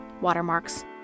watermarks